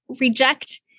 reject